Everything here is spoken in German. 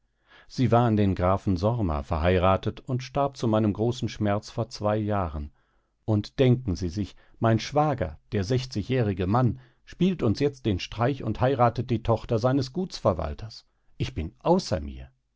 sie war an den grafen sorma verheiratet und starb zu meinem großen schmerz vor zwei jahren und denken sie sich mein schwager der sechzigjährige mann spielt uns jetzt den streich und heiratet die tochter seines gutsverwalters ich bin außer mir